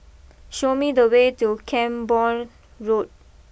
show me the way to Camborne Road